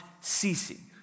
ceasing